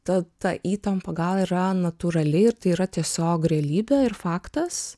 ta ta įtampa gal yra natūrali ir tai yra tiesiog realybė ir faktas